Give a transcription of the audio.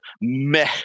meh